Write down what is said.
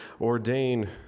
ordain